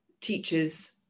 teachers